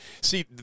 see